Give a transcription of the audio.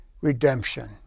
redemption